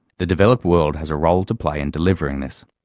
the developed world has a role to play in delivering this.